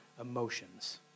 emotions